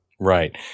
Right